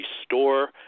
restore